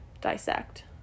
dissect